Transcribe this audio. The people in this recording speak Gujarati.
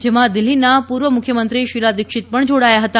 જેમાં દિલ્હીના પૂર્વ મુખ્યમંત્રી શીલા દિક્ષીત પણ જોડાયા હતા